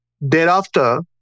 Thereafter